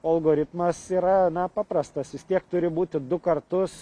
o algoritmas yra na paprastas vis tiek turi būti du kartus